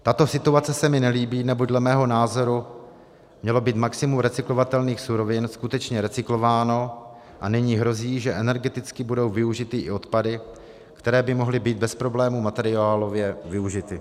Tato situace se mi nelíbí, neboť dle mého názoru mělo být maximum recyklovatelných surovin skutečně recyklováno, a nyní hrozí, že energeticky budou využity i odpady, které by mohly být bez problémů materiálově využity.